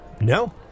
No